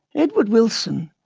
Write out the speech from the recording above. edward wilson,